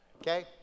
Okay